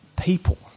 people